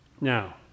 Now